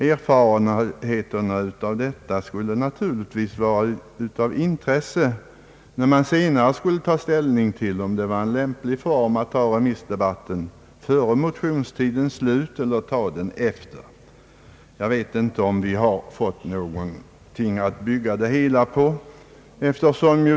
Erfarenheterna av detta skulle naturligtvis vara av intresse när man senare skall ta ställning till om det var lämpligt att ha remissdebatten före motionstidens slut eller efter. Jag vet inte om vi fått någonting att bygga på.